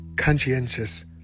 conscientious